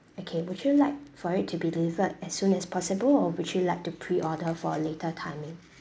okay would you like for it to be delivered as soon as possible or would you like to pre-order for a later timing